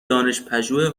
دانشپژوه